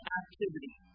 activity